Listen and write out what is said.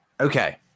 okay